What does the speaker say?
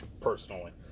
personally